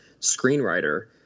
screenwriter